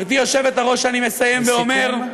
גברתי היושבת-ראש, אני מסיים ואומר, לסיכום.